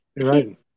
Right